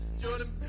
Jordan